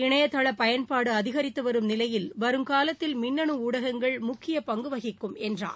இணைதள பயன்பாடு அதிகித்து வரும் நிலையில் வரும் காலத்தில் மின்னனு ஊடகங்கள் முக்கிய பங்கு வகிக்கும் என்றார்